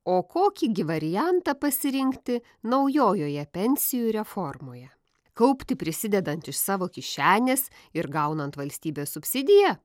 o kokį gi variantą pasirinkti naujojoje pensijų reformoje kaupti prisidedant iš savo kišenės ir gaunant valstybės subsidiją